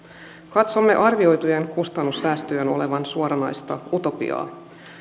katsomme arvioitujen kustannussäästöjen olevan suoranaista utopiaa